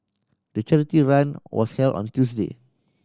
the charity run was held on Tuesday